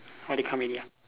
orh they come already